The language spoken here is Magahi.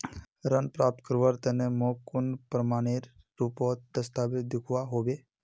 ऋण प्राप्त करवार तने मोक कुन प्रमाणएर रुपोत दस्तावेज दिखवा होबे?